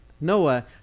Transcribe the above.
Noah